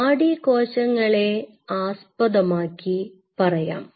നാഡീകോശങ്ങളെ ആസ്പദമാക്കി പറയാം